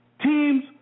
teams